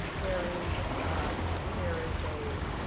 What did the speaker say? there is there is a,